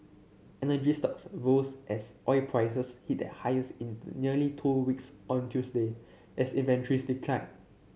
energy stocks rose as oil prices hit their highest in nearly two weeks on Tuesday as inventories declined